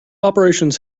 operations